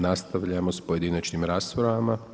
Nastavljamo s pojedinačnim raspravama.